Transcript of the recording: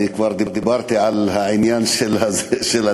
אני כבר דיברתי על העניין של התקציב